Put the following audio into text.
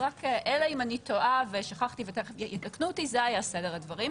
אז אלא אם אני טועה ויתקנו אותי זה היה סדר הדברים,